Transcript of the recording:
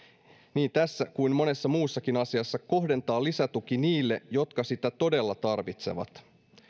niin tässä kuin monessa muussakin asiassa kohdentaa lisätuki niille jotka sitä todella tarvitsevat